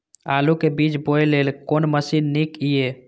आलु के बीज बोय लेल कोन मशीन नीक ईय?